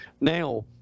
Now